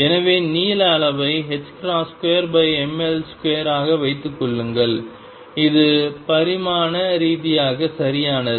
எனவே நீள அளவை 2mL2 ஆக வைத்துக் கொள்ளுங்கள் இது பரிமாண ரீதியாக சரியானது